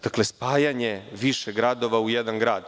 Dakle, spajanje više gradova u jedan grad.